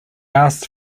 asked